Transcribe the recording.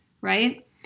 right